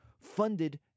funded